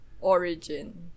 Origin